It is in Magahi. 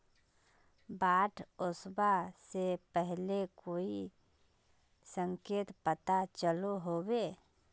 बाढ़ ओसबा से पहले कोई संकेत पता चलो होबे?